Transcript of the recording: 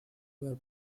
were